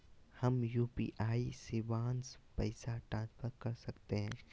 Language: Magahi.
हम यू.पी.आई शिवांश पैसा ट्रांसफर कर सकते हैं?